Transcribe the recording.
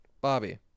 Bobby